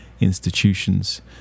institutions